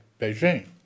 Beijing